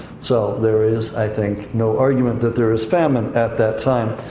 so, there is, i think no argument that there is famine at that time.